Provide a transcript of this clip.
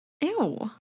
ew